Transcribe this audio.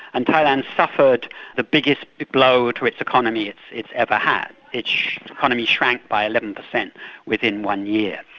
and thailand suffered the biggest blow to its economy it's ever had. its economy shrank by eleven percent within one year.